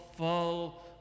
fall